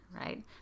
right